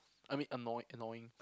I mean annoy annoying